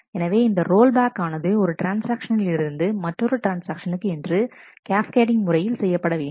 எனவே இந்த ரோல்பேக் ஆனது ஒரு ட்ரான்ஸ்ஆக்ஷனில் இருந்து மற்றொரு ட்ரான்ஸ்ஆக்ஷனுக்கு என்று கேஸ்கேடிங் முறையில் செய்யப்படவேண்டும்